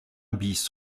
bis